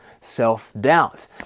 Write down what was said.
self-doubt